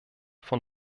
von